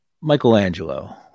Michelangelo